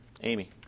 Amy